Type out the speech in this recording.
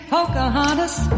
Pocahontas